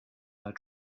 her